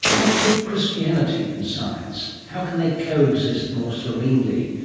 next week, christianity and science how can they coexist more serenely?